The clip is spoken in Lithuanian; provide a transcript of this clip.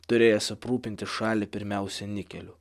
turėjęs aprūpinti šalį pirmiausia nikelio